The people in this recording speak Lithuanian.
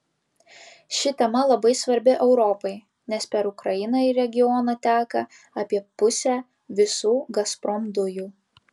ši tema labai svarbi europai nes per ukrainą į regioną teka apie pusę visų gazprom dujų